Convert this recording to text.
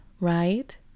right